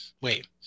Wait